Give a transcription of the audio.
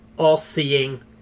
all-seeing